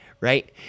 right